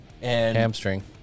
hamstring